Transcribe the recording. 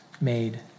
made